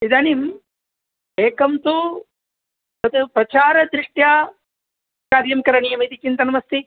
इदानीम् एकं तु तत् प्रचार दृष्ट्या कार्यं करणीयमिति चिन्तनमस्ति